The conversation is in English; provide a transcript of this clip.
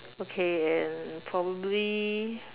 okay and probably